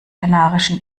kanarischen